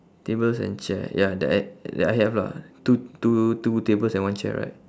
tables and chair ya that I that I have lah two two two tables and one chair right